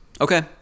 Okay